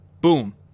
Boom